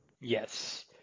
Yes